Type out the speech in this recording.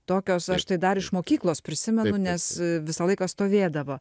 tokios aš tai dar iš mokyklos prisimenu nes visą laiką stovėdavo